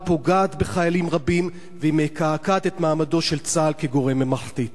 היא פוגעת בחיילים רבים והיא מקעקעת את מעמדו של צה"ל כגורם ממלכתי.